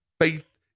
Faith